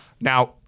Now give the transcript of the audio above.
Now